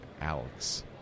Alex